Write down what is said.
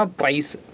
price